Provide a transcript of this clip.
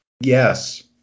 Yes